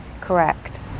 correct